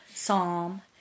Psalm